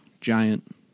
giant